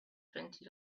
twenty